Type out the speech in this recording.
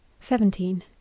Seventeen